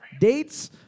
dates